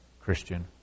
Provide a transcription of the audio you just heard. Christian